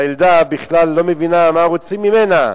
הילדה בכלל לא מבינה מה רוצים ממנה.